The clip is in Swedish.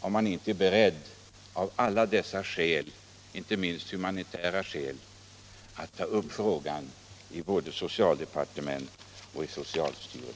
om man inte av de åberopade skälen — inte minst de humanitära — lyfter upp frågan i både socialdepartementet och socialstyrelsen.